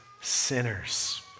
sinners